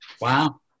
Wow